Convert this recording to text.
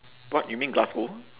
what you mean glasgow